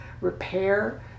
repair